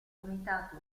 comitato